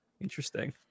Interesting